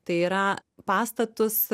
tai yra pastatus